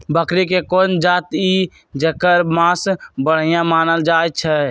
बकरी के कोन जात हई जेकर मास बढ़िया मानल जाई छई?